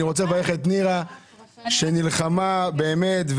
שנלחמה באמת,